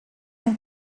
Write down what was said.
and